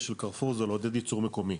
של 'קרפור' זה לעודד ייצור מקומי,